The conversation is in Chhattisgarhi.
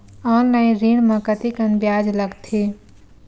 ऑनलाइन ऋण म कतेकन ब्याज लगथे?